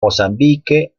mozambique